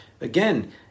again